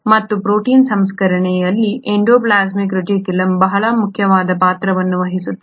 ಮತ್ತು ಪ್ರೋಟೀನ್ ಸಂಸ್ಕರಣೆ ಅಲ್ಲಿ ಈ ಎಂಡೋಪ್ಲಾಸ್ಮಿಕ್ ರೆಟಿಕ್ಯುಲಮ್ ಬಹಳ ಮುಖ್ಯವಾದ ಪಾತ್ರವನ್ನು ವಹಿಸುತ್ತದೆ